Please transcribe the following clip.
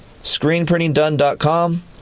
ScreenPrintingDone.com